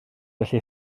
felly